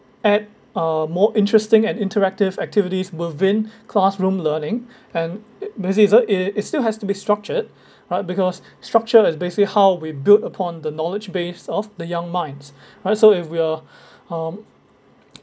add uh more interesting and interactive activities within classroom learning and uh basically it's uh it it still has to be structured right because structure is basically how we build upon the knowledge base of the young minds right so if we're um